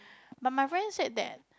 but my friend said that